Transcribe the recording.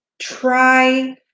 Try